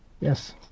Yes